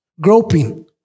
groping